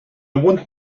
want